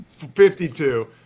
52